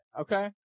Okay